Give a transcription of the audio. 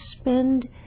spend